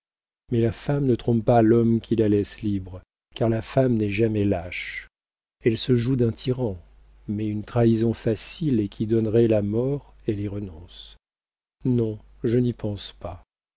mais la femme ne trompe pas l'homme qui la laisse libre car la femme n'est jamais lâche elle se joue d'un tyran mais une trahison facile et qui donnerait la mort elle y renonce non je n'y pense pas